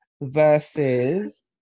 versus